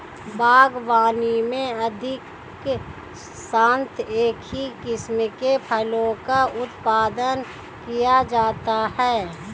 बागवानी में अधिकांशतः एक ही किस्म के फलों का उत्पादन किया जाता है